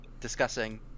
discussing